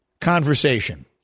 conversation